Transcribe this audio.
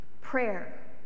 Prayer